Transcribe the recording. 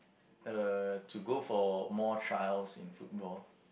uh to go for more trials in football